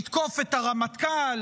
לתקוף את הרמטכ"ל,